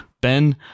Ben